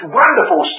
wonderful